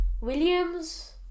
Williams